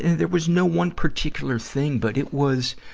there was no one particular thing. but it was,